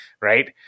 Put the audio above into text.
Right